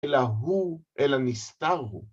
‫אלא הוא, אלא נסתר הוא.